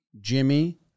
Jimmy